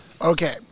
Okay